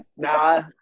Nah